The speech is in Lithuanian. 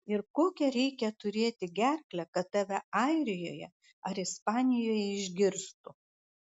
ir kokią reikia turėti gerklę kad tave airijoje ar ispanijoje išgirstų